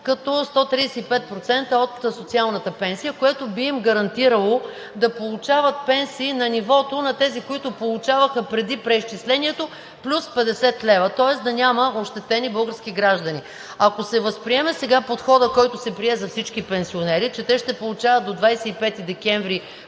като 135% от социалната пенсия, което би им гарантирало да получават пенсии на нивото на тези, които получаваха преди преизчислението плюс 50 лв., тоест да няма ощетени български граждани. Ако се възприеме сега подходът, който се прие за всички пенсионери, че те ще получават до 25 декември